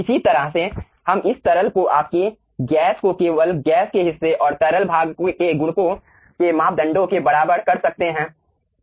इसी तरह से हम इस तरल को आपके गैस को केवल गैस के हिस्से और तरल भाग के गुणकों के मापदंडों के बराबर कर सकते हैं